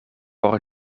por